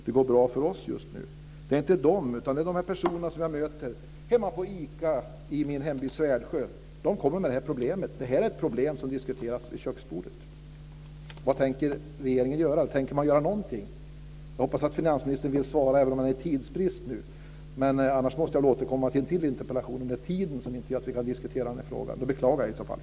Det gäller de personer som jag möter hemma på ICA i Svärdsjö. Det här är ett problem som diskuteras vid köksbordet. Vad tänker regeringen göra? Tänker man göra någonting? Jag hoppas att finansministern vill svara även om det råder tidsbrist nu. Om tiden gör att vi inte kan diskutera frågan får jag återkomma med en till interpellation. Jag beklagar i så fall.